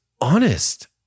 honest